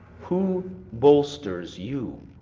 who bolsters you?